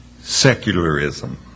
secularism